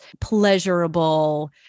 pleasurable